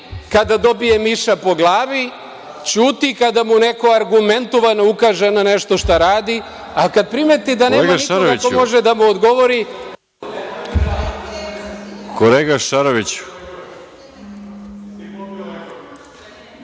kada dobije miša po glavi, ćuti kada mu neko argumentovano ukaže na nešto šta radi, ali kad primeti da nema nikoga ko može da mu odgovori… (Isključen